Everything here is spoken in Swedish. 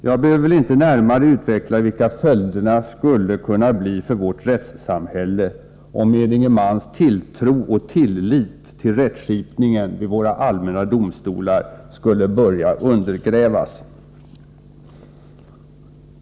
Jag behöver väl inte närmare utveckla vilka följderna skulle kunna bli för vårt rättssamhälle, om menige mans tilltro och tillit till rättskipningen vid våra allmänna domstolar skulle börja under grävas.